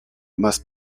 must